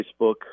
facebook